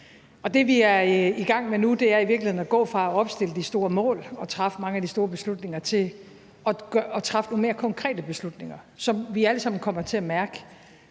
Det, vi er i gang med nu, er i virkeligheden at gå fra at opstille de store mål og træffe mange af de store beslutninger til at træffe nogle mere konkrete beslutninger, som vi alle sammen kommer til at mærke,